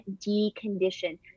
deconditioned